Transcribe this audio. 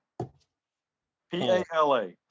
P-A-L-A